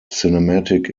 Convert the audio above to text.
cinematic